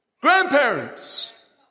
Grandparents